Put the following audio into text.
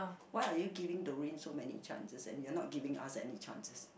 why are you giving Doreen so many chances and you're not giving us any chances